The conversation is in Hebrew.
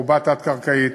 רובה תת-קרקעית,